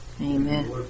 Amen